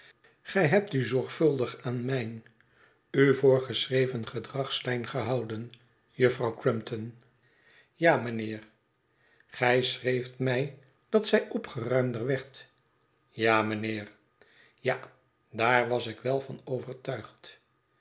gij hebt u zorgvuldig aan mijn u voorgeschreven gedragslijn gehouden juffrouw crumpton r ja mijnheer gij schreefb mij dat zij opgeruimder werd ja mijnheer ja daar was ik wel van overtuigd